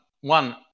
one